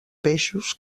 peixos